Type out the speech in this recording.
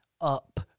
up